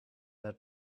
had